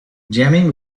jamming